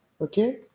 Okay